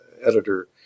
editor